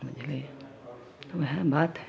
बुझलियै तऽ वएह बात